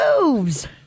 moves